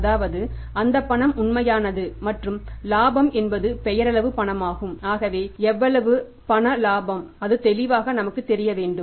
அதாவது அந்த பணம் உண்மையானது மற்றும் இலாபம் என்பது பெயரளவு பணமாகும் ஆகவே மொத்த இலாபத்தில் எவ்வளவு பண இலாபம் அது தெளிவாக நமக்குத் தெரிய வேண்டும்